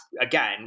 again